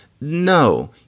No